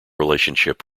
relationship